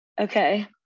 Okay